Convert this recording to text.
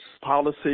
policy